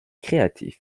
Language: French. créatif